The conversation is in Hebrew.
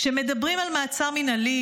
כשמדברים על מעצר מינהלי,